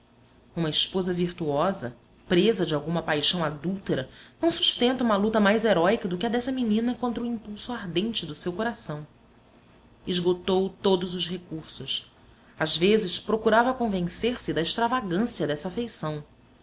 uma esposa virtuosa presa de alguma paixão adúltera não sustenta uma luta mais heróica do que a dessa menina contra o impulso ardente do seu coração esgotou todos os recursos às vezes procurava convencer-se da extravagância dessa afeição